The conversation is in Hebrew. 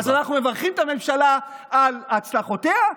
אז אנחנו מברכים את הממשלה על הצלחותיה,